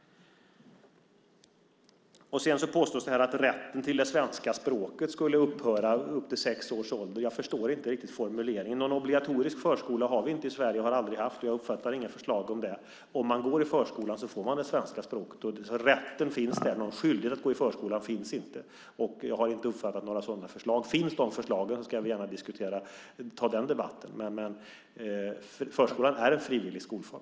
Det påstås att rätten till det svenska språket upp till sex års ålder skulle upphöra. Jag förstår inte riktigt formuleringen. Någon obligatorisk förskola har vi inte i Sverige och har aldrig haft. Jag uppfattar inga förslag om det. Om man går i förskola får man det svenska språket. Rätten finns, men någon skyldighet att gå i förskola finns inte. Jag har inte uppfattat några sådana förslag, men finns sådana förslag kan jag gärna ta den debatten. Förskolan är en frivillig skolform.